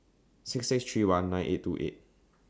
six six three one nine eight two eight